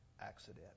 accident